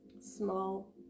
Small